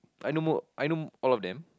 I know mo~ I know all of them